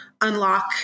unlock